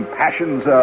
passions